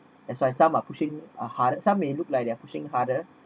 that's why some are pushing harder some may look like they're pushing harder